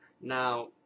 Now